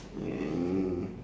and